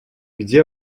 где